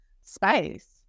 space